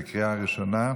בקריאה ראשונה,